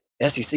SEC